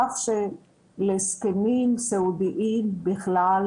כך שלזקנים סיעודיים בכלל,